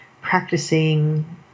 practicing